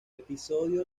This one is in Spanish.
episodio